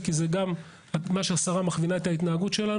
הערביים זה אומר דרשני על המדיניות שמנחה את הדבר